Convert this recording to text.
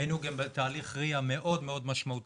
היינו גם בתהליך RIA מאוד משמעותי.